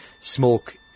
smoke